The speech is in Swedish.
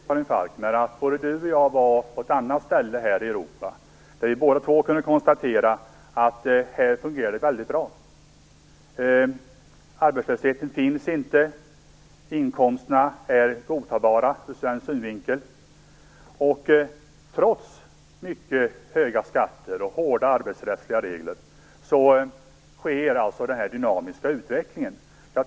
Fru talman! Både Karin Falkmer och jag har ju varit på ett annat ställe i Europa. Vi kunde båda konstatera att det fungerade väldigt bra där. Arbetslösheten fanns inte och inkomsterna var godtagbara ur svensk synvinkel. Trots mycket höga skatter och hårda arbetsrättsliga regler, sker där en dynamisk utveckling.